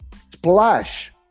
splash